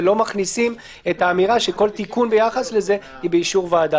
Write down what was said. ולא מכניסים את האמירה שכל תיקון ביחס לזה הוא באישור ועדה.